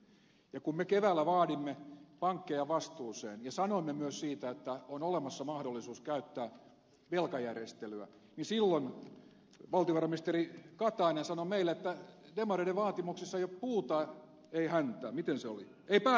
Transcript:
kun me keväällä vaadimme pankkeja vastuuseen ja sanoimme myös siitä että on olemassa mahdollisuus käyttää velkajärjestelyä niin silloin valtiovarainministeri katainen sanoi meille että demareiden vaatimuksissa ei ole päätä ei häntää